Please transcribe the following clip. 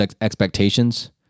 expectations